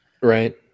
right